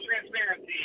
transparency